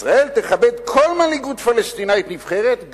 ישראל תכבד כל מנהיגות פלסטינית נבחרת,